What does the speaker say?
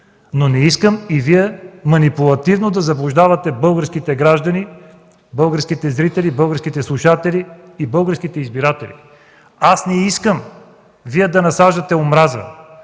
но не искам и Вие манипулативно да заблуждавате българските граждани, българските зрители, българските слушатели и българските избиратели. Не искам да насаждате омраза!